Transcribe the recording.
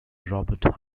robert